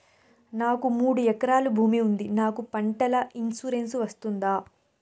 నాకు మూడు ఎకరాలు భూమి ఉంది నాకు పంటల ఇన్సూరెన్సు వస్తుందా?